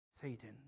Satan